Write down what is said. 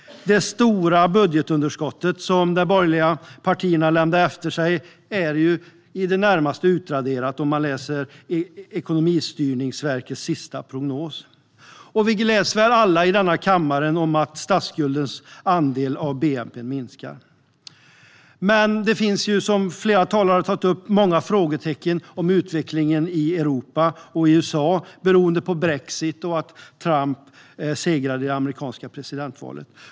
Det stora budgetunderskottet, som de borgerliga partierna lämnade efter sig, är i det närmaste utraderat, enligt Ekonomistyrningsverkets senaste prognos. Och vi gläds väl alla i denna kammare åt att statsskuldens andel av bnp minskar. Men det finns ju, som flera talare tagit upp, många frågetecken om utvecklingen i Europa och i USA, beroende på brexit och att Trump segrade i det amerikanska presidentvalet.